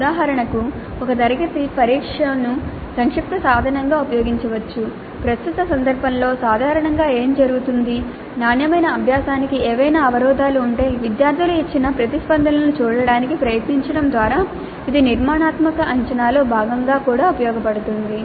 ఉదాహరణకు ఒక తరగతి పరీక్షను సంక్షిప్త సాధనంగా ఉపయోగించవచ్చు ప్రస్తుత సందర్భంలో సాధారణంగా ఏమి జరుగుతుంది నాణ్యమైన అభ్యాసానికి ఏవైనా అవరోధాలు ఉంటె విద్యార్థులు ఇచ్చిన ప్రతిస్పందనలను చూడటానికి ప్రయత్నించడం ద్వారా ఇది నిర్మాణాత్మక అంచనాలో భాగంగా కూడా ఉపయోగించబడుతుంది